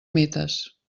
mites